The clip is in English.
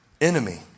enemy